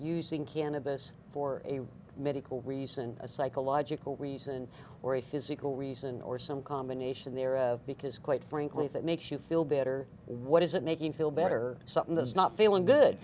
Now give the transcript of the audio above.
using cannabis for a medical reason a psychological reason or a physical reason or some combination thereof because quite frankly if it makes you feel better what is it making feel better something that's not feeling good